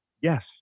yes